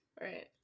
Right